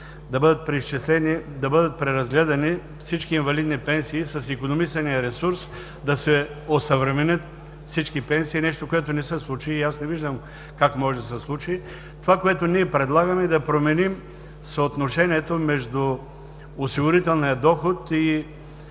да бъдат преразгледани всички инвалидни пенсии и с икономисания ресурс да се осъвременят всички пенсии – нещо, което не се случи. Аз не виждам как може да се случи. Това, което ние предлагаме, е да променим съотношението между осигурителния доход и